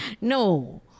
No